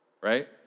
right